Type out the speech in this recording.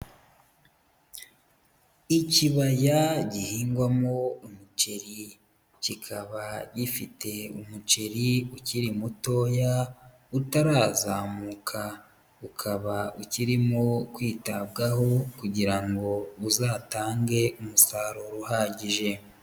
Ikibaya gihingwamo umuceri. Kikaba gifite umuceri ukiri mutoya utarazamuka, ukaba ukirimo kwitabwaho kugira ngo uzatange umusaruro uhagije.